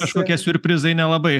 kažkokie siurprizai nelabai